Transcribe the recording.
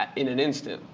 in an instant.